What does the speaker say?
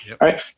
right